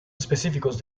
específicos